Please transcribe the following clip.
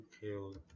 killed